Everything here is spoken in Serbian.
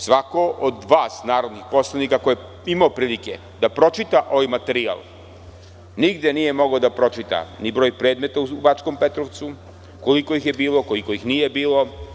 Svako od vas narodnih poslanika ko je imao prilike da pročita ovaj materijal nigde nije mogao da pročita ni broj predmeta u Bačkom Petrovcu koliko ih je bilo, koliko ih nije bilo.